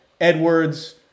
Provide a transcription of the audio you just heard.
Edwards